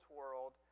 world